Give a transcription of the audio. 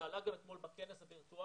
זה עלה גם אתמול בכנס הווירטואלי,